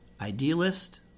idealist